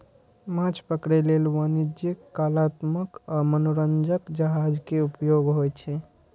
माछ पकड़ै लेल वाणिज्यिक, कलात्मक आ मनोरंजक जहाज के उपयोग होइ छै